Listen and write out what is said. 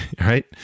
right